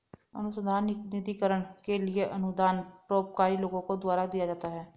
अनुसंधान निधिकरण के लिए अनुदान परोपकारी लोगों द्वारा दिया जाता है